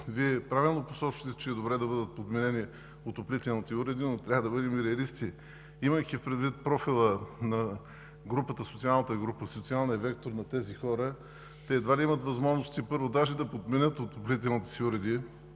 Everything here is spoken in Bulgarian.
Вие правилно посочвате, че е добре да бъдат подменени отоплителните уреди, но трябва да бъдем и реалисти! Имайки предвид профила на социалната група, социалния вектор на тези хора, те едва ли имат възможност даже да подменят отоплителните си уреди